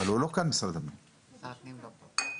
אבל משרד הפנים לא כאן.